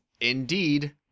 indeed